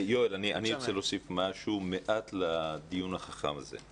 יואל, אני רוצה להוסיף משהו לדיון החכם הזה.